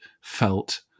felt